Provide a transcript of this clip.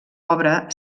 obra